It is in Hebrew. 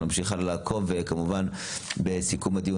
אנחנו נמשיך לעקוב כמובן ובסיום הדיון